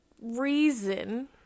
reason